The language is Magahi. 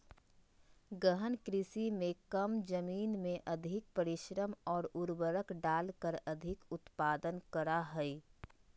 गहन कृषि में कम जमीन में अधिक परिश्रम और उर्वरक डालकर अधिक उत्पादन करा हइ